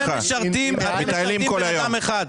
אתם משרתים בן אדם אחד.